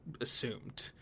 assumed